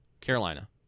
Carolina